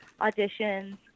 auditions